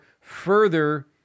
further